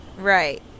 Right